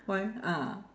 why ah